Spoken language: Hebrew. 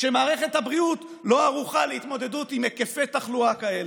שמערכת הבריאות לא ערוכה להתמודדות עם היקפי תחלואה כאלה.